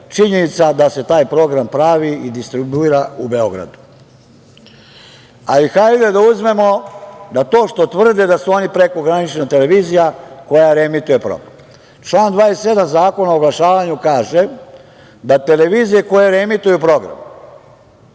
činjenica da se taj program pravi i distribuira u Beogradu. Ali, hajde da uzmemo da to što tvrde da su oni prekogranična televizija koja reemituje program. Član 27. Zakona o oglašavanju kaže da televizije koje reemituju program,